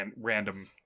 random